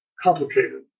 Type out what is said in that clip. complicated